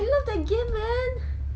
I love that game man